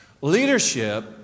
Leadership